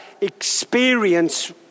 experience